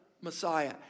Messiah